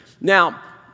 Now